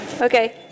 Okay